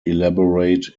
elaborate